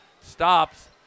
stops